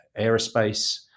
aerospace